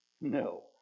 No